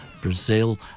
Brazil